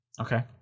Okay